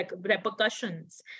repercussions